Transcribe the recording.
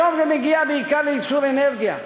היום זה מגיע בעיקר לייצור אנרגיה,